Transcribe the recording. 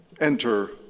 enter